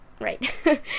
right